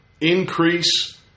increase –